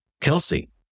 Kelsey